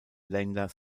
länder